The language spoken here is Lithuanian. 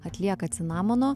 atlieka cinamono